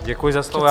Děkuji za slovo.